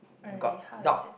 really how is it